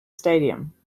stadium